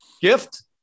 Gift